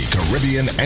Caribbean